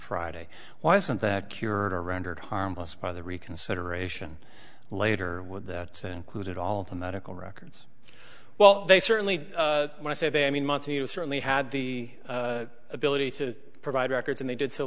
friday why isn't that cured or rendered harmless by the reconsideration later would that include all the medical records well they certainly when i say they i mean money was certainly had the ability to provide records and they did so